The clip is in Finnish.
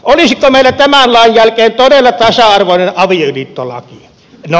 olisiko meillä tämän lain jälkeen todella tasa arvoinen avioliittolaki